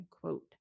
quote